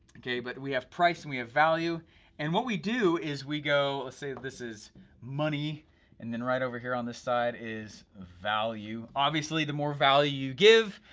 okay, but we have price and we have value and what we do is we go, lets say this is money and and right over here on this side is value. obviously the more value you give,